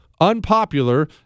unpopular